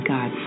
God